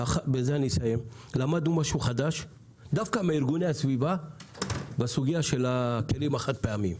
למדנו משהו חדש דווקא מארגוני הסביבה בסוגיה של הכלים החד-פעמיים.